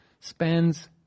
spends